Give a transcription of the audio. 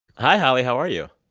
hi, holly. how are you?